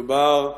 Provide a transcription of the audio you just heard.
מדובר בהגינות,